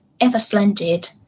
ever-splendid